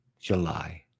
July